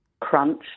crunch